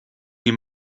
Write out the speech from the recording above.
ihm